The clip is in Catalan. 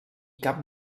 cap